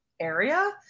Area